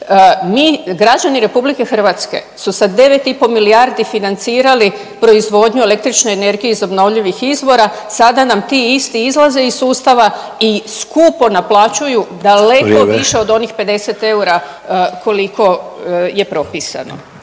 mi građani RH su sa 9,5 milijardi financirali proizvodnju električne energije iz obnovljivih izvora, sada nam ti isti izlaze iz sustava i skupo naplaćuju …/Upadica Sanader: Vrijeme/…daleko više od onih 50 eura koliko je propisano.